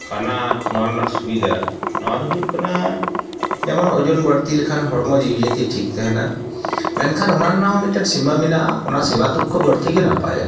ᱠᱟᱱᱟ ᱱᱚᱣᱟ ᱨᱮᱱᱟᱜ ᱥᱩᱵᱤᱫᱷᱟ ᱱᱚᱣᱟ ᱫᱚ ᱦᱩᱭᱩᱜ ᱠᱟᱱᱟ ᱡᱮᱢᱚᱱ ᱳᱡᱚᱱ ᱵᱟᱹᱲᱛᱤ ᱞᱮᱠᱷᱟᱱ ᱦᱚᱲᱢᱚ ᱡᱤᱣᱤ ᱡᱟᱹᱛᱤ ᱴᱷᱤᱠ ᱛᱟᱦᱮᱱᱟ ᱢᱮᱱᱠᱷᱟᱱ ᱚᱱᱟ ᱨᱮᱟᱜ ᱦᱚᱸ ᱢᱤᱫᱴᱮᱱ ᱥᱤᱢᱟᱹ ᱢᱮᱱᱟᱜᱼᱟ ᱚᱱᱟ ᱥᱤᱢᱟᱹ ᱛᱚᱠᱠᱚ ᱵᱟᱹᱲᱛᱤ ᱜᱮ ᱱᱟᱯᱟᱭᱟ